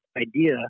idea